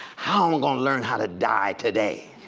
how going to learn how to die today?